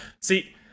see